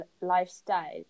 lifestyle